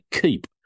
keep